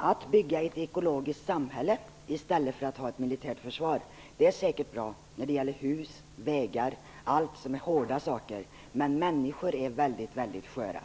Att bygga ett ekologiskt samhälle i stället för att ha ett militärt försvar är säkert bra när det gäller hus, vägar och allt annat som är hårda saker. Men människor är väldigt sköra.